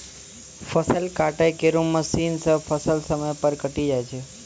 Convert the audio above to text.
फसल काटै केरो मसीन सें फसल समय पर कटी जाय छै